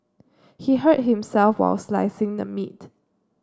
he hurt himself while slicing the meat